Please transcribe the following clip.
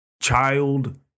Child